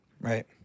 Right